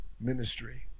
ministry